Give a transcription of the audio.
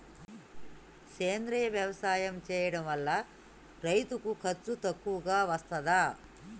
సేంద్రీయ వ్యవసాయం చేయడం వల్ల రైతులకు ఖర్చు తక్కువగా వస్తదా?